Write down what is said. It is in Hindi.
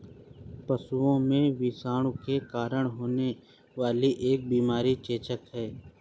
पशुओं में विषाणु के कारण होने वाली एक बीमारी चेचक है